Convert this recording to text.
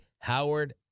Howard